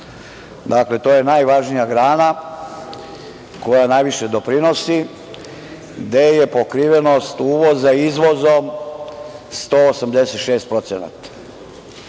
Dakle, to je najvažnija grana, koja najviše doprinosi i gde je pokrivenost uvoza izvozom 186%.Dakle,